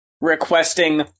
requesting